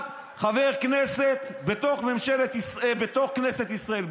כאן חבר כנסת בתוך כנסת ישראל.